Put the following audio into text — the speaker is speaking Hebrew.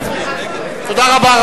תודה רבה.